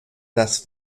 das